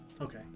Okay